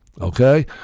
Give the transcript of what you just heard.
Okay